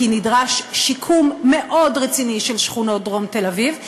כי נדרש שיקום מאוד רציני של שכונות דרום תל-אביב,